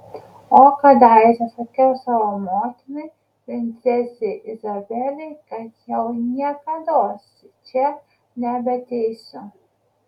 o kadaise sakiau savo motinai princesei izabelei kad jau niekados čia nebeateisiu